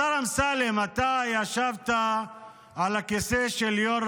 השר אמסלם, אתה ישבת על הכיסא של יו"ר